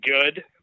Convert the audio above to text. good